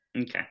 Okay